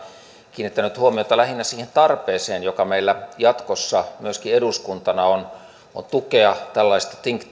kiinnittänyt huomiota lähinnä siihen tarpeeseen joka meillä jatkossa myöskin eduskuntana on on tukea tällaista think